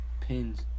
pins